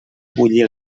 bullir